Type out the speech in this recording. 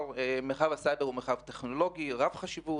מרחב הסייבר הוא מרחב טכנולוגי רב חשיבות